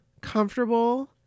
comfortable